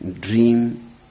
dream